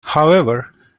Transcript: however